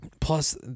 plus